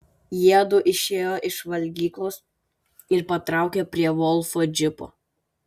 jiedu išėjo iš valgyklos ir patraukė prie volfo džipo